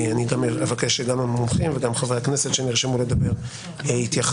אני אבקש שגם המומחים וגם חברי הכנסת שנרשמו לדבר יתייחסו,